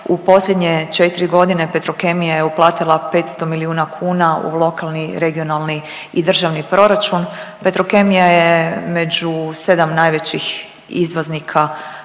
U posljednje četri godine Petrokemija je uplatila 500 milijuna kuna u lokalni, regionalni i državni proračun, Petrokemija je među sedam najvećih izvoznika u RH i